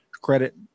credit